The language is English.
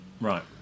Right